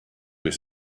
his